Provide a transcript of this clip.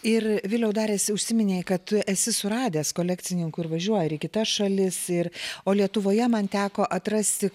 ir viliau dar esi užsiminei kad tu esi suradęs kolekcininkų ir važiuoji į kitas šalis ir o lietuvoje man teko atrasti